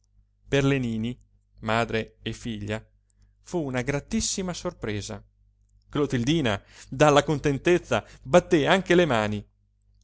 per le nini madre e figlia fu una gratissima sorpresa clotildina dalla contentezza batté anche le mani